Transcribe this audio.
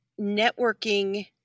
networking